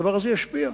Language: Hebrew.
שהדבר הזה ישפיע.